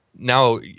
Now